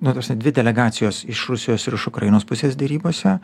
nu ta prasme dvi delegacijos iš rusijos ir iš ukrainos pusės derybose